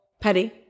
Petty